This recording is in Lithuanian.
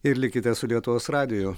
ir likite su lietuvos radiju